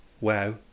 wow